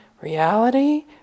Reality